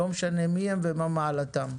לא משנה מי הם ומה מעלתם.